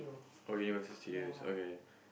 or Universal-Studious okay